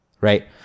right